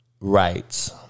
rights